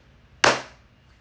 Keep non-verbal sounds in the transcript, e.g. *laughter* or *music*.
*noise*